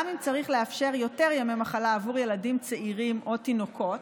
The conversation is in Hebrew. גם אם צריך לאפשר יותר ימי מחלה עבור ילדים צעירים או תינוקות,